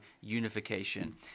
unification